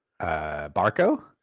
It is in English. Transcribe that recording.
Barco